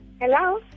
Hello